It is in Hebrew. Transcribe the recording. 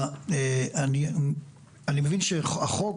אני מבין שהחוק,